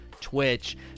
Twitch